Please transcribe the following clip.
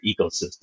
ecosystem